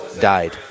died